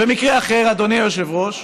ומקרה אחר, אדוני היושב-ראש: